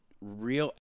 real